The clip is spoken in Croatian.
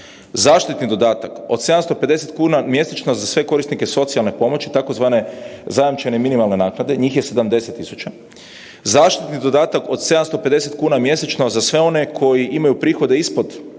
zaštitni dodatak od 750 kuna mjesečno za sve korisnike socijalne pomoći tzv. zajamčene minimalne naknade njih je 70.000, zaštitni dodatak od 750 kuna mjesečno za sve one koji imaju prihode ispod praga